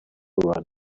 run